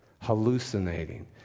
hallucinating